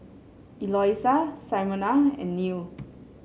Eloisa Simona and Neal